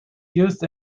used